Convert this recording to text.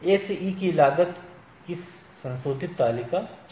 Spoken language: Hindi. A से E की लागत की संशोधित तालिका 6 है